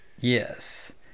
Yes